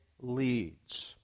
leads